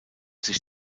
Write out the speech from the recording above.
sich